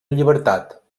llibertat